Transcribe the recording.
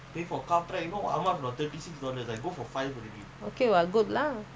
you eh then I